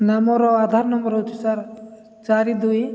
ନା ମୋର ଆଧାର ନମ୍ବର ହଉଛି ସାର୍ ଚାରି ଦୁଇ